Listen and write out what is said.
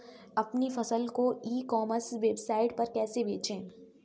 अपनी फसल को ई कॉमर्स वेबसाइट पर कैसे बेचें?